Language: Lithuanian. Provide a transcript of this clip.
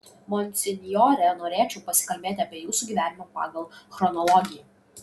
monsinjore norėčiau pasikalbėti apie jūsų gyvenimą pagal chronologiją